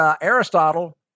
Aristotle